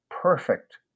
perfect